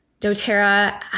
doTERRA